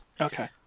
Okay